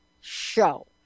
show